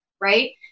right